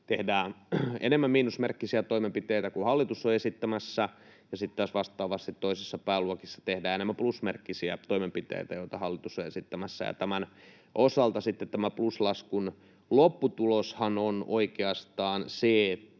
tehdään enemmän miinusmerkkisiä toimenpiteitä kuin hallitus on esittämässä ja sitten taas vastaavasti toisissa pääluokissa tehdään enemmän plusmerkkisiä toimenpiteitä kuin hallitus on esittämässä. Tämän osalta sitten tämä pluslaskun lopputuloshan on oikeastaan se —